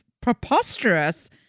preposterous